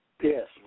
Yes